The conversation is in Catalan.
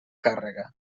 càrrega